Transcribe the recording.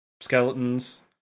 skeletons